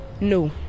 no